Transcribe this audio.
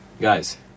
Guys